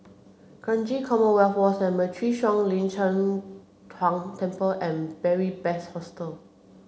Kranji Commonwealth War Cemetery Shuang Lin Cheng Huang Temple and Beary Best Hostel